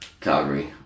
Calgary